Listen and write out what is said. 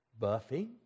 buffing